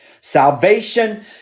Salvation